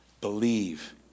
believe